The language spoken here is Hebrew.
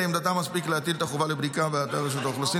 לעמדתם מספיק להטיל את החובה לבדיקה באתר רשות האוכלוסין